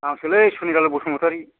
आंसोलै Sunilal Basumatary